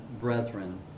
brethren